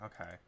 Okay